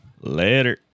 later